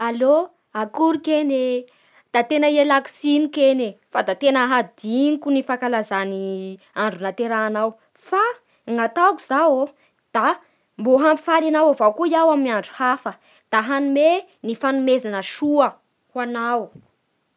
Allô, akory kegny e. Da tegna ialako tsiny kegny fa da tena hadinoko ny fankalazan'ny andro nahaterahanao fa ny atao koa da mbô hampifaly ana avao koa aho amin'ny andro hafa da hanome ny fanomezana soa ho anao.